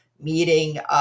meeting